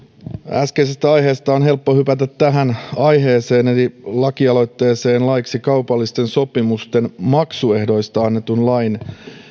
äskeisestä aiheesta on helppo hypätä tähän aiheeseen eli lakialoitteeseen laiksi kaupallisten sopimusten maksuehdoista annetun lain